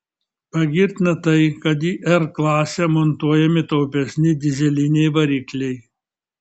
pagirtina tai kad į r klasę montuojami taupesni dyzeliniai varikliai